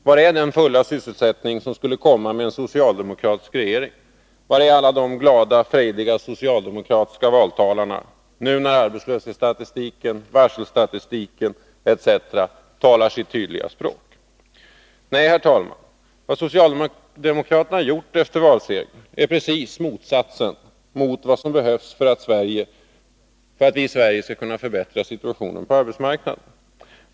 Var är den fulla sysselsättning som skulle komma med en socialdemokratisk regering? Var är alla de glada, frejdiga socialdemokratiska valtalarna, nu när arbetslöshetsstatistiken, varselstatistiken etc. talar sitt tydliga språk? Nej, herr talman, vad socialdemokraterna har gjort efter valsegern är precis motsatsen till vad som behövs för att vi i Sverige skall kunna förbättra situationen på arbetsmarknaden.